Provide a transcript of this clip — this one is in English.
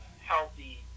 healthy